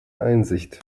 einsicht